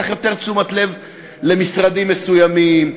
צריך יותר תשומת לב למשרדים מסוימים,